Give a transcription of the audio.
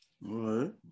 right